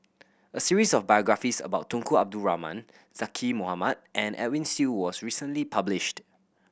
a series of biographies about Tunku Abdul Rahman Zaqy Mohamad and Edwin Siew was recently published